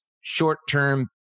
short-term